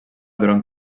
durant